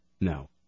No